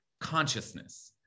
consciousness